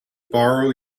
borrow